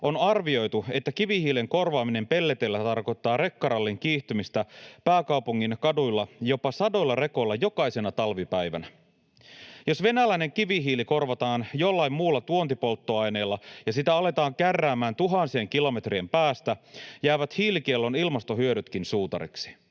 on arvioitu, että kivihiilen korvaaminen pelleteillä tarkoittaa rekkarallin kiihtymistä pääkaupungin kaduilla jopa sadoilla rekoilla jokaisena talvipäivänä. Jos venäläinen kivihiili korvataan jollain muulla tuontipolttoaineella ja sitä aletaan kärräämään tuhansien kilometrien päästä, jäävät hiilikiellon ilmastohyödytkin suutariksi.